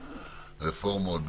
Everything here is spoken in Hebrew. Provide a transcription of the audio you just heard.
רפורמות,